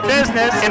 Business